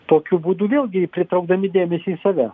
tokiu būdu vėlgi pritraukdami dėmesį į save